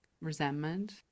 resentment